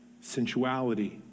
sensuality